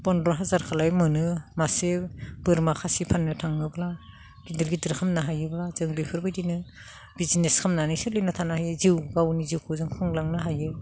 पन्द्र' हाजार खालाय मोनो मासे बोरमा खासि फाननो थाङोब्ला गिदिर गिदिर खालामनो हायोब्ला जों बेफोरबायदिनो बिजनेस खालामनानै सोलिना थानो हायो जिउ गावनि जिउखौ जों खुंलांनो हायो